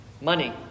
money